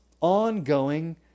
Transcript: ongoing